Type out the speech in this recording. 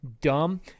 dumb